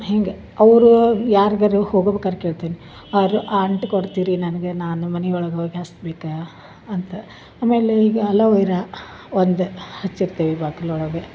ಹಿಂಗೆ ಅವರು ಯಾರ್ಗರು ಹೋಗುಬೇಕಾರೆ ಕೇಳ್ತೀನಿ ಅವರು ಆ ಅಂಟ್ ಕೊಡ್ತೀರಿ ನನಗೆ ನಾನು ಮನೆ ಒಳಗೆ ಹೋಗಿ ಹಚ್ಬೇಕು ಅಂತ ಆಮೇಲೆ ಈಗ ಅಲೋವಿರ ಒಂದು ಹಚ್ಚಿರ್ತೀವಿ ಬಾಕ್ಲು ಒಳಗೆ